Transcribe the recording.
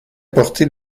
porté